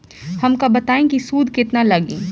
हमका बताई कि सूद केतना लागी?